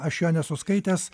aš jo nesu skaitęs